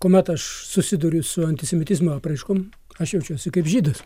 kuomet aš susiduriu su antisemitizmo apraiškom aš jaučiuosi kaip žydas